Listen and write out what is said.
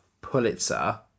Pulitzer